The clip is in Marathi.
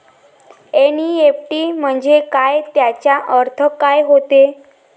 एन.ई.एफ.टी म्हंजे काय, त्याचा अर्थ काय होते?